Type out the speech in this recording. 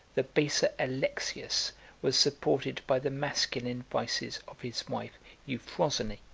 the baser alexius was supported by the masculine vices of his wife euphrosyne.